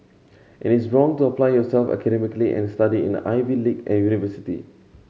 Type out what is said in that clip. it is wrong to apply yourself academically and study in an Ivy league university